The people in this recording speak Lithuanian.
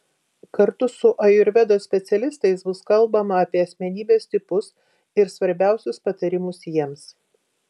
kartu su ajurvedos specialistais bus kalbama apie asmenybės tipus ir svarbiausius patarimus jiems